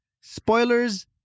Spoilers